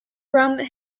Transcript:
around